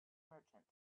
merchant